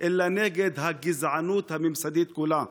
אלא נגד הגזענות הממסדית כולה: